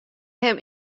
him